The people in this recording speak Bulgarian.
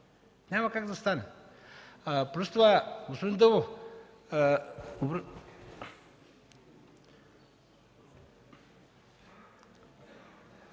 Няма как да стане.